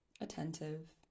attentive